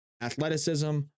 athleticism